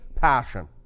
passion